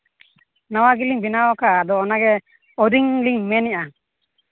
ᱱᱟᱣᱟ ᱜᱮᱞᱤᱧ ᱵᱮᱱᱟᱣ ᱟᱠᱟᱫᱟ ᱟᱫᱚ ᱚᱱᱟᱜᱮ ᱳᱭᱮᱨᱤᱝ ᱞᱤᱧ ᱢᱮᱱᱮᱫᱼᱟ